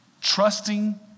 trusting